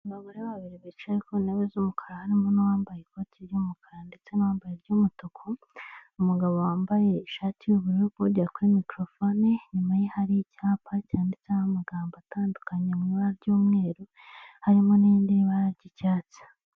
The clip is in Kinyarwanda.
Abagore babiri bicaye ku ntebe z'umukara harimo n'uwambaye ikoti ry'umukara ndetse n'uwambaye iry'umutuku umugabo wambaye ishati y'ubururu uri kuvugira kuri mikorofone inyuma ye hari icyapa cyanditseho amagambo atandukanye mu ibara ry'umweru harimo n'irindi bara ry'icyatsi.